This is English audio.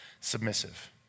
submissive